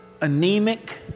anemic